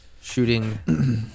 Shooting